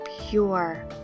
pure